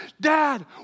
Dad